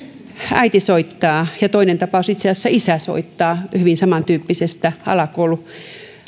äiti soittaa ja itse asiassa toinen tapaus jossa isä soittaa hyvin samantyyppisestä alakoululaisesta